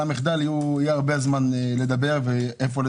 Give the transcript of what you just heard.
על המחדל יהיה הרבה זמן לדבר והיכן.